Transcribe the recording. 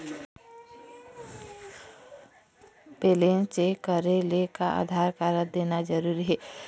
Balance check करेले का Aadhaar card देना जरूरी हे?